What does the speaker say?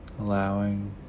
Allowing